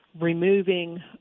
removing